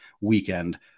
weekend